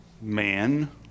man